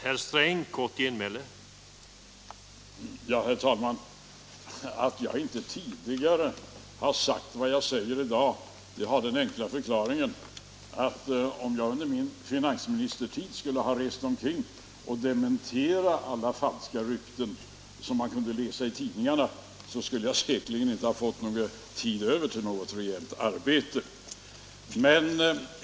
främjande åtgärder Herr talman! Att jag inte tidigare har sagt vad jag säger i dag har inom Nässjö den enkla förklaringen att om jag under min finansministertid skulle — kommun ha rest omkring och dementerat alla falska rykten som man kunde läsa i tidningarna skulle jag säkerligen inte fått någon tid över till något rejält arbete.